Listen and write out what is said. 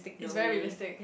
it's very realistic